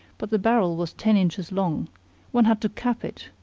but the barrel was ten inches long one had to cap it,